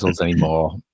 anymore